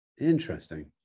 Interesting